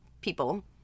people